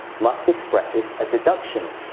must expresses a deduction.